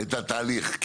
את התהליך.